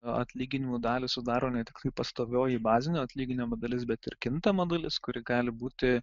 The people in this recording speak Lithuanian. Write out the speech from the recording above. atlyginimų dalį sudaro ne tiktai pastovioji bazinio atlyginimo dalis bet ir kintama dalis kuri gali būti